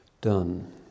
done